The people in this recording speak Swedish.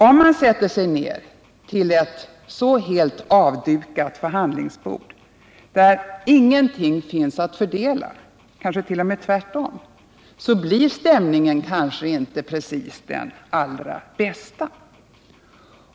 Om man sätter sig ned vid ett så helt avdukat förhandlingsbord att ingenting finns att fördela — kanske t.o.m. tvärtom — blir stämningen nog inte precis den allra bästa.